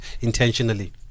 intentionally